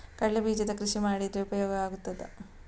ಕಡ್ಲೆ ಬೀಜದ ಕೃಷಿ ಮಾಡಿದರೆ ಉಪಯೋಗ ಆಗುತ್ತದಾ?